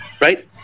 right